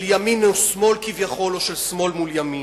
של ימין ושמאל כביכול, או של שמאל מול ימין.